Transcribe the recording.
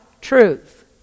truth